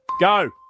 Go